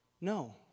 No